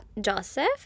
Joseph